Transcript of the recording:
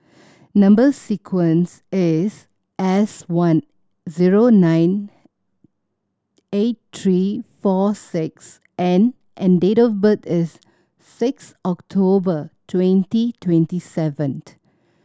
number sequence is S one zero nine eight three four six N and date of birth is six October twenty twenty seventh